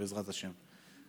בעזרת השם.